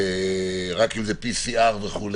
רק אם זה PCR וכו',